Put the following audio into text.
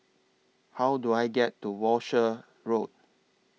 How Do I get to Walshe Road